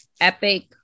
epic